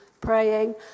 praying